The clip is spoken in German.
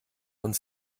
uns